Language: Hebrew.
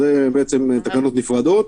זו ההחלטה,